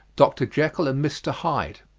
dr. jekyll and mr. hyde,